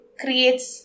creates